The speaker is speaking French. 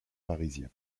parisien